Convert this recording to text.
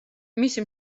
მისი